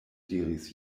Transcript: diris